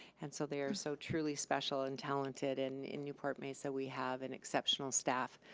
and so, they are so truly special and talented, and in newport-mesa we have an exceptional staff.